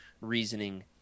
reasoning